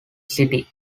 city